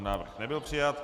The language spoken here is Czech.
Návrh nebyl přijat.